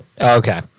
okay